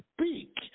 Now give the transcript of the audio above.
speak